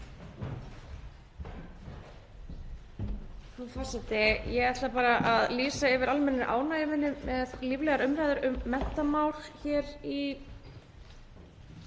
Ég ætla bara að lýsa yfir almennri ánægju minni með líflegar umræður um menntamál hér í